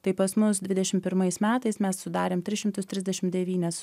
tai pas mus dvidešim pirmais metais mes sudarėm tris šimtus trisdešim devynias